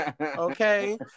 okay